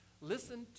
Listen